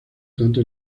tanto